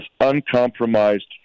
uncompromised